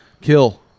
kill